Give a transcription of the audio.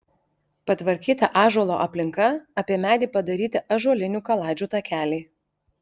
patvarkyta ąžuolo aplinka apie medį padaryti ąžuolinių kaladžių takeliai